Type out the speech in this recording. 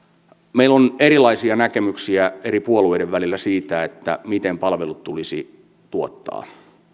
meillä on erilaisia näkemyksiä eri puolueiden välillä siitä miten palvelut tulisi tuottaa